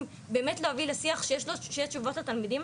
באמת להביא לשיח שיש בו תשובות לתלמידים,